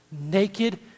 naked